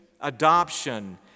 adoption